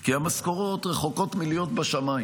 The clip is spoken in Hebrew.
כי המשכורות רחוקות מלהיות בשמיים.